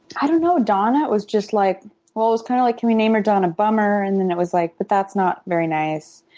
i don't know, donna was just like well, it was kind of like can we name her donna bummer and then it was like but that's not very nice.